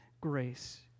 grace